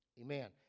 Amen